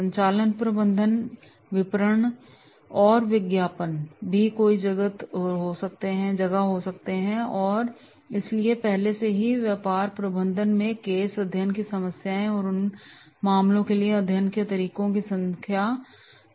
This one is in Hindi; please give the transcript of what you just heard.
संचालन प्रबंधन विपणन और विज्ञापन भी कई जगह होते हैं इसलिए पहले से ही व्यापार प्रबंधन में केस अध्ययन की समस्याओं और उन मामलों के अध्ययन के तरीकों की संख्या मौजूद होती है